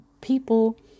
people